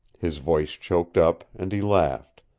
his voice choked up, and he laughed.